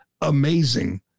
amazing